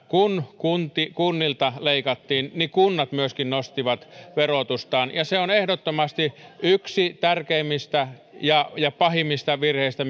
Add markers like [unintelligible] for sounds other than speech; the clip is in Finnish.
kun kunnilta leikattiin niin kunnat myöskin nostivat verotustaan ja se on ehdottomasti yksi tärkeimmistä ja ja pahimmista virheistä [unintelligible]